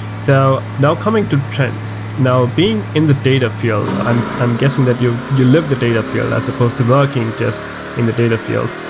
so now, coming to trends. now, being in the data field, i'm i'm guessing that you you live the data field as supposed to working just in the data field.